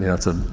yeah it's a,